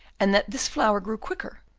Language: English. and that this flower grew quicker,